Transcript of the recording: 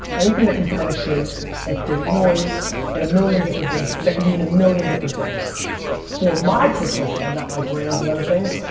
anything that can penetrate and create noise in a million different things. that can mean a million different things for my personal brand, not my brands and other things,